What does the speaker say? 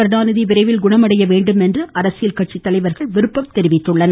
கருணாநிதி விரைவில் குணமடைய வேண்டும் என்று அரசியல் தலைவர்கள் விருப்பம் தெரிவித்துள்ளனர்